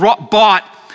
bought